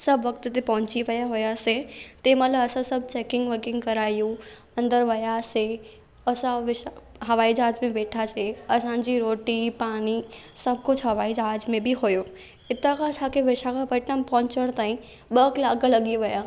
सभु वक़्त ते पहुची विया हुयासीं तंहिंमहिल असां सभु चैकिंग वैकिंग करायूं अंदरि वियासीं असां हवाई जहाज में वेठासीं असां जी रोटी पाणी सभु कुझु हवाई जहाज में बि हुयो इतां खां असां खे विशाखापटनम पहुचणु ताईं ॿ कलाकु लॻी विया